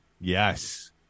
Yes